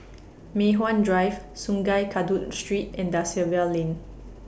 Mei Hwan Drive Sungei Kadut Street and DA Silva Lane